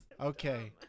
Okay